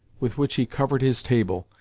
with which he covered his table,